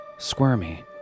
squirmy